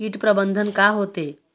कीट प्रबंधन का होथे?